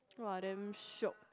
!wah! damn shiok